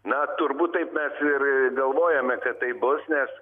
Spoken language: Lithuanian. na turbūt taip mes ir galvojame kad taip bus nes